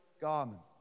garments